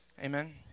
Amen